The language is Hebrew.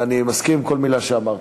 ואני מסכים עם כל מילה שאמרת.